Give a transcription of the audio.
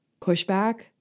pushback